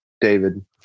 David